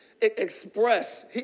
express